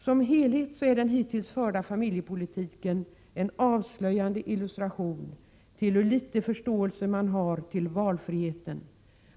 Som helhet är den hittills förda familjepolitiken en avslöjande illustration till hur liten förståelse man har för valfriheten,